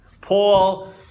Paul